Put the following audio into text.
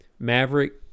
Maverick